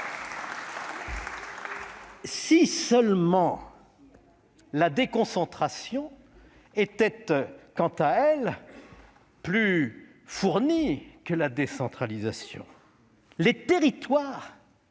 Si seulement la déconcentration était, quant à elle, plus fournie que la décentralisation ! Les territoires veulent des